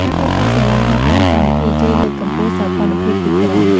ការប្រើប្រាស់សេវាហៅតាមកម្មវិធី ជួយលើកកម្ពស់សោភ័ណភាពទីក្រុង។